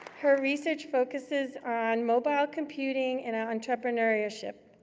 her research focuses on mobile computing and entrepreneurship.